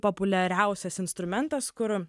populiariausias instrumentas kur